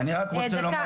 דקה אני רוצה רגע,